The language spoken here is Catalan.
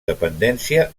dependència